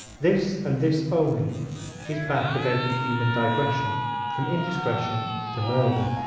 this and this only is back of every human digression from indiscretion to murder.